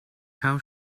how